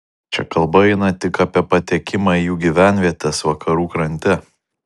čia kalba eina tik apie patekimą į jų gyvenvietes vakarų krante